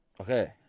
Okay